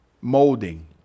molding